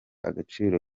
agaciro